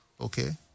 okay